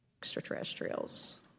Extraterrestrials